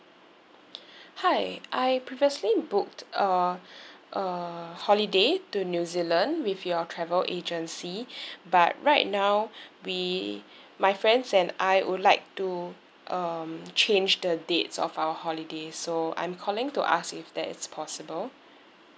hi I previously booked a a holiday to new zealand with your travel agency but right now we my friends and I would like to um change the dates of our holiday so I'm calling to ask if that is possible